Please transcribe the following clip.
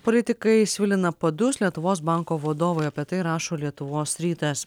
politikai svilina padus lietuvos banko vadovui apie tai rašo lietuvos rytas